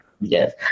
yes